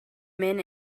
men